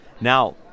Now